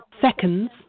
seconds